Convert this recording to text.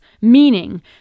meaning